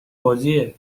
بازیه